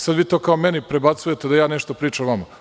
Sada vi to kao meni prebacujete da ja nešto pričam o vama.